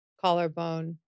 Collarbone